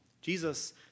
Jesus